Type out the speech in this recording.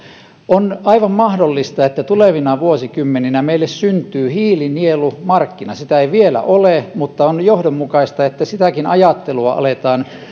on aivan mahdollista että tulevina vuosikymmeninä meille syntyy hiilinielumarkkina sitä ei vielä ole mutta on johdonmukaista että sitäkin ajattelua aletaan